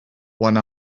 one